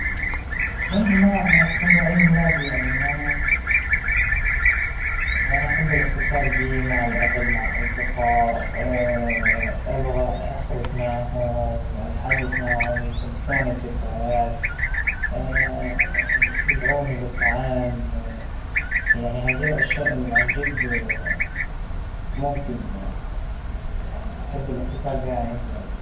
لا مأنى مؤمنة بالأشباح، اام- أعتقد إنها إختلاف وجهات نظر، و الناس اللى يؤمنون بيها متأثرين بال- بالفكر الغربى شوى، وقصص الرعب وهاى الشغلات، واللى ما بيامنوا فيها أظن إنهم ما جت دخلوا هذا العالم، جو الأشباح وقصص الرعب ومادرى شو، بالنسبة لإلى ما أعتقد إنهم موجودين أصلاً.